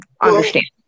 understand